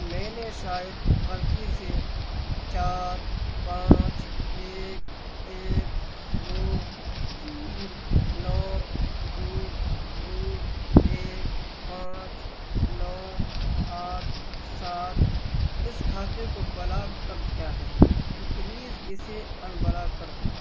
میں نے شاید غلطی سے چار پانچ ایک ایک دو تین نو دو دو ایک پانچ نو آٹھ سات اس خاتے کو بلاک کر دیا ہے تو پلیز اسے انبلاک کر دو